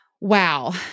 Wow